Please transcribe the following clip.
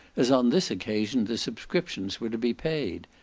as on this occasion the subscriptions were to be paid.